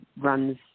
runs